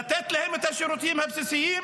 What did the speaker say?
לתת להם את השירותים הבסיסיים,